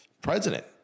president